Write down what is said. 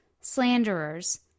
slanderers